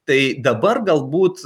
tai dabar galbūt